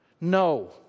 No